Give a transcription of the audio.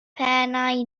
pennau